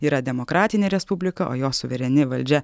yra demokratinė respublika o jos suvereni valdžia